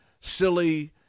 silly